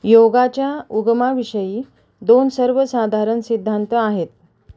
योगाच्या उगमाविषयी दोन सर्वसाधारण सिद्धांत आहेत